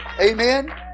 Amen